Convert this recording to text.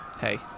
hey